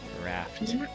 Raft